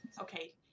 okay